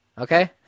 Okay